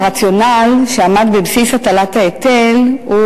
הרציונל שעמד בבסיס הטלת ההיטל הוא